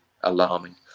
alarming